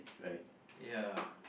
right